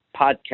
podcast